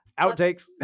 Outtakes